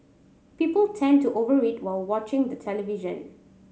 people tend to over eat while watching the television